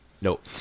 Nope